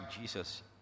Jesus